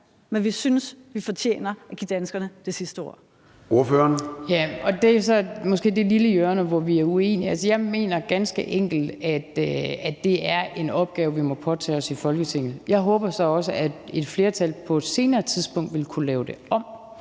(Søren Gade): Ordføreren. Kl. 11:11 Inger Støjberg (DD): Ja, og det er måske så det lille hjørne, hvor vi er uenige. Altså, jeg mener ganske enkelt, at det er en opgave, vi må påtage os i Folketinget. Jeg håber så også, at et flertal på et senere tidspunkt vil kunne lave det om